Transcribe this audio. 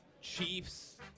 Chiefs